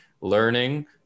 learning